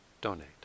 donate